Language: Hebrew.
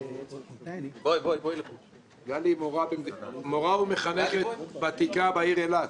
גלי היא מורה ומחנכת ותיקה בעיר אילת.